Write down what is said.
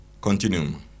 Continue